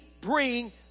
bring